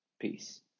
Peace